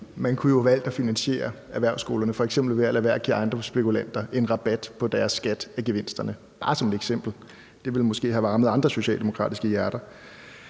Man kunne jo have valgt at finansiere erhvervsskolerne, f.eks. ved at lade være at give ejendomsspekulanter en rabat på deres skat af gevinsterne. Det er bare som et eksempel, og det ville måske have varmet andre socialdemokratiske hjerter.